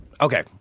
Okay